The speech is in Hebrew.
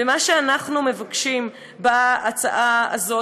ומה שאנחנו מבקשים בהצעה הזאת,